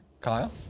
Kyle